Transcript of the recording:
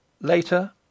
later